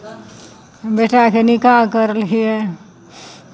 हम बेटाके निकाह करलियै